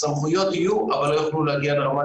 הסמכויות יהיו אבל לא יוכלו להגיע לרמת